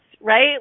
right